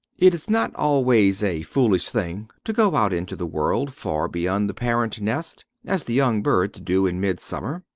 it is not always a foolish thing to go out into the world far beyond the parent nest, as the young birds do in midsummer.